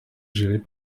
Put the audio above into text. gérés